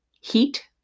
heat